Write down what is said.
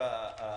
לחלוקה הפוליטית.